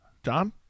John